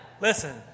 Listen